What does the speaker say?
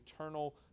eternal